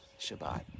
Shabbat